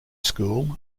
school